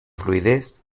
fluidez